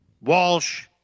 Walsh